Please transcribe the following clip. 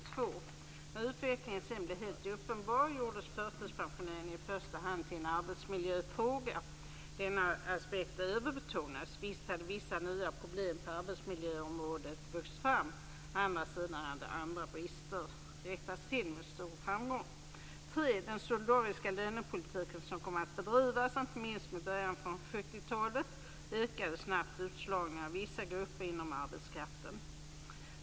2. När utvecklingen sedan blev helt uppenbar gjordes förtidspensioneringen i första hand till en arbetsmiljöfråga. Denna aspekt överbetonades. Visst hade vissa nya problem på arbetsmiljöområdet vuxit fram. Å andra sidan hade andra brister rättats till med stor framgång. 3. Den solidariska lönepolitiken som kom att bedrivas inte minst i början av 70-talet ökade snabbt utslagningen av vissa grupper inom arbetskraften.